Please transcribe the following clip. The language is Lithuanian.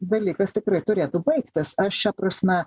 dalykas tikrai turėtų baigtis aš šia prasme